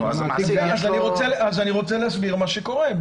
אז אני רוצה להסביר את מה שקורה.